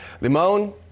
Limon